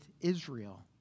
Israel